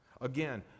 Again